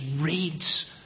reads